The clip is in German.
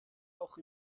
auch